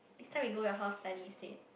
next time we go to your house study instead